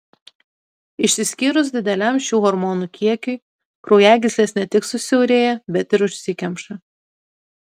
išsiskyrus dideliam šių hormonų kiekiui kraujagyslės ne tik susiaurėja bet ir užsikemša